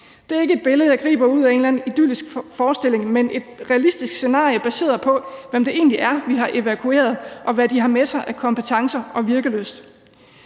Det er ikke et billede, jeg griber ud af en eller anden idyllisk forestilling, men et realistisk scenarie baseret på, hvem det egentlig er, vi har evakueret, og hvad de har med sig af kompetencer og virkelyst.